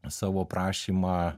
savo prašymą